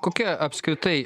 kokia apskritai